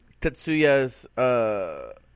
Tetsuya's